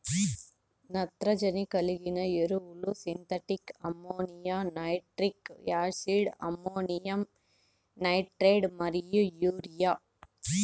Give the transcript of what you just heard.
నత్రజని కలిగిన ఎరువులు synthetic ammonia, nitric acid, ammonium nitrate మరియు యూరియా